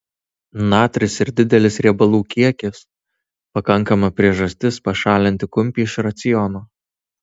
natris ir didelis riebalų kiekis pakankama priežastis pašalinti kumpį iš raciono